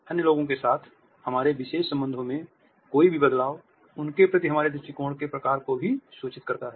अन्य लोगों के साथ हमारे विशेष संबंधों में कोई भी बदलाव उनके प्रति हमारे दृष्टिकोण के प्रकार को भी सूचित करता है